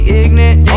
ignorant